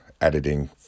editing